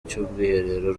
cy’ubwiherero